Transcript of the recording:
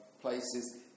places